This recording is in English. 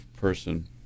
person